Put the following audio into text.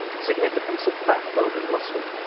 significance of fat, bone and muscle